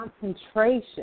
concentration